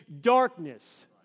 darkness